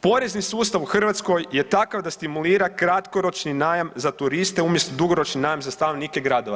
Porezni sustav u Hrvatskoj je takav da stimulira kratkoročni najam za turiste umjesto dugoročni najam za stanovnike gradova.